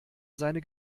seine